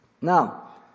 Now